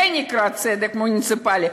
זה נקרא צדק מוניציפלי.